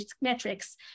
metrics